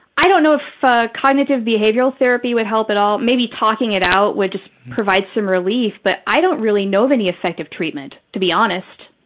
i don't know if ah cognitive behavioral therapy would help at all, maybe talking it out would just provide some relief, but i don't really know of any effective treatment, to be honest.